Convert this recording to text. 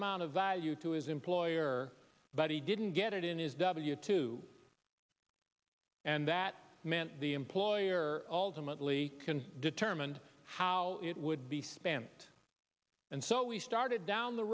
amount of value to his employer but he didn't get it in his w two and that meant the employer ultimately determined how it would be spent and so we started down the